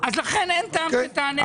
--- אז לכן אין טעם שתענה.